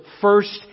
first